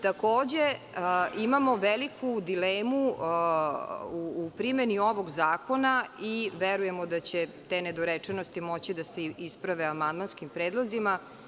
Takođe imamo veliku dilemu u primeni ovog zakona i verujemo da će te nedorečenosti moći da se isprave amandmanskim predlozima.